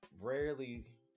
rarely